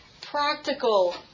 practical